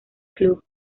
club